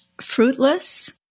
fruitless